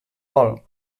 vol